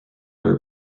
were